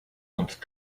und